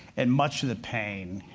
and much of the pain,